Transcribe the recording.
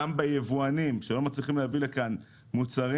גם ביבואנים שלא מצליחים להביא לכאן מוצרים,